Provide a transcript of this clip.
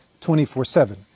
24/7